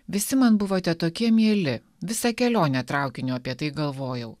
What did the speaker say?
visi man buvote tokie mieli visą kelionę traukiniu apie tai galvojau